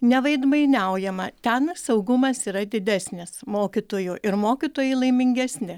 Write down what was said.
nevaidmainiaujama ten saugumas yra didesnis mokytojų ir mokytojai laimingesni